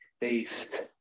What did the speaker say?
based